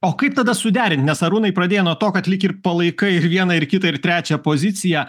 o kaip tada suderint nes arūnai pradėjai nuo to kad lyg ir palaikai ir vieną ir kitą ir trečią poziciją